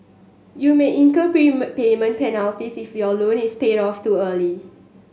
you may incur prepay prepayment penalties if your loan is paid off too early